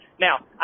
Now